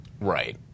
right